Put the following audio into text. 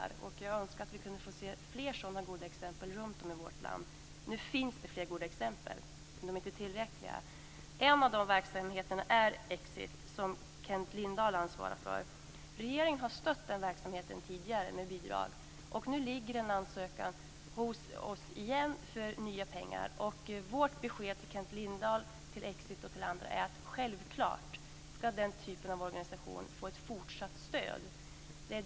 Jag önskar att vi kunde få se fler sådana goda exempel runtom i vårt land. Det finns visserligen fler goda exempel, men det är inte tillräckligt. En av dessa verksamheter är Exit som Kent Lindahl ansvarar för. Regeringen har tidigare stött den verksamheten med bidrag, och nu ligger det en ansökan om nya pengar hos oss på Kulturdepartementet. Vårt besked till Kent Lindahl, till Exit och till andra är att den typen av organisationer självfallet ska få ett fortsatt stöd.